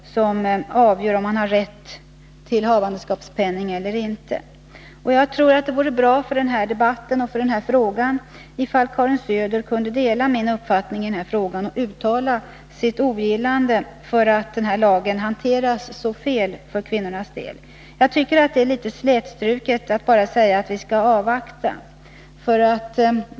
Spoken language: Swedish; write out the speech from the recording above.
Jag tror att det vore bra för denna debatt och för denna fråga om Karin Söder kunde dela min uppfattning och uttala sitt ogillande av att denna lag hanteras så fel för kvinnornas del. Jag tycker att det är litet slätstruket att bara säga att vi skall avvakta.